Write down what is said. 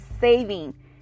saving